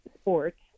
sports